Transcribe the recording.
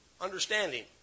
Understanding